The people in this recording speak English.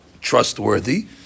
trustworthy